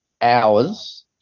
hours